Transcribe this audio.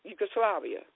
Yugoslavia